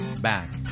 back